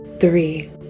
Three